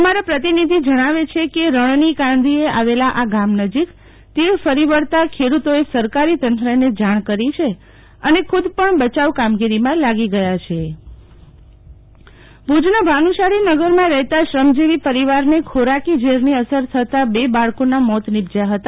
અમારા પ્રતિનિધિ જણાવે છ કે રણની કાંધીએ આવેલા આ ગામ નજીક તીડ ફરી વળતાં ખેડતોએ સરકારી તંત્રને જાણ કરી છે અને ખુદ પણ બચાવ કામગીરીમાં લાગો ગયા છે શતલ વૈશ્નવ મોત ભુજના ભાનુશાલો નગરમાં રહતા શ્રમજોવી પરિવારને ખોરાકી ઝેરની અસર થતાં બે બાળકો ના મોત નીપજયા હતા